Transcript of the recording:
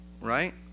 right